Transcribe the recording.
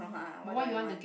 but what you want to get